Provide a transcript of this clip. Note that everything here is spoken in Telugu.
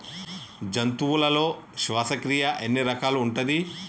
జంతువులలో శ్వాసక్రియ ఎన్ని రకాలు ఉంటది?